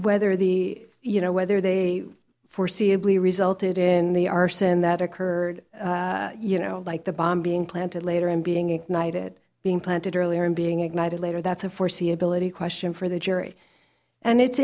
whether the you know whether they foreseeable resulted in the arson that occurred you know like the bomb being planted later and being ignited being planted earlier and being ignited later that's a foreseeability question for the jury and it's